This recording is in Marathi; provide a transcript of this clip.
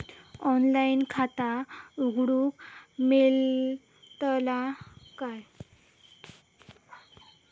ऑनलाइन खाता उघडूक मेलतला काय?